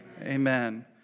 Amen